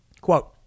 Quote